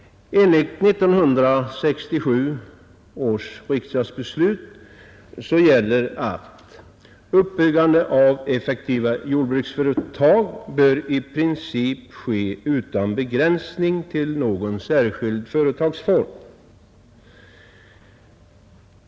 Enligt 1967 års riksdagsbeslut gäller att uppbyggande av effektiva jordbruksföretag i princip bör ske utan begränsning till någon särskild företagsform.